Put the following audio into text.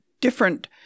different